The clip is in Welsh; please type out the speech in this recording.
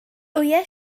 wyau